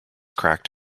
cracked